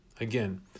Again